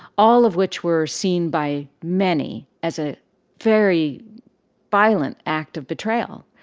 all of which were seen by many as a very violent act of betrayal,